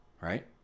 Right